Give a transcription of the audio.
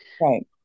right